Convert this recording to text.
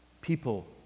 people